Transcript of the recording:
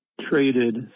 traded